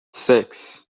six